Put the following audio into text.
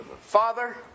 Father